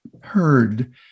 heard